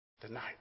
tonight